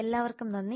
എല്ലാവർക്കും നന്ദി